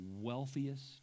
wealthiest